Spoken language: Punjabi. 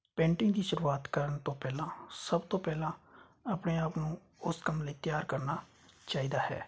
ਪੇਂਟਿੰਗ ਦੀ ਸ਼ੁਰੂਆਤ ਕਰਨ ਤੋਂ ਪਹਿਲਾਂ ਸਭ ਤੋਂ ਪਹਿਲਾਂ ਆਪਣੇ ਆਪ ਨੂੰ ਉਸ ਕੰਮ ਲਈ ਤਿਆਰ ਕਰਨਾ ਚਾਹੀਦਾ ਹੈ